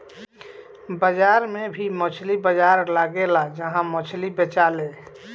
बाजार में भी मछली बाजार लगेला जहा मछली बेचाले